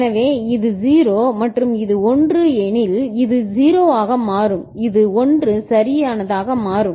எனவே இது 0 மற்றும் இது 1 எனில் இது 0 ஆக மாறும் இது 1 சரியானதாக மாறும்